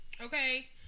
Okay